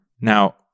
Now